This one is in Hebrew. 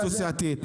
התייעצות סיעתית.